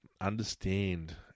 Understand